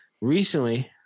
Recently